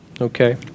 Okay